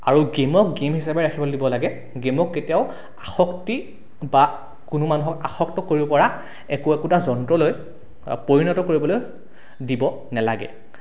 আৰু গেমক গেম হিচাবে ৰাখিবলৈ দিব লাগে গেমক কেতিয়াও আসক্তি বা কোনো মানুহক আসক্ত কৰিব পৰা একো একোটা যন্ত্ৰলৈ পৰিণত কৰিবলৈ দিব নেলাগে